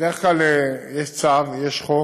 בדרך כלל יש צו, יש חוק,